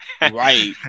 Right